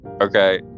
Okay